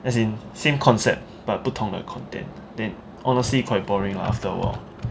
as in same concept but 不同的 content that honestly quite boring after a while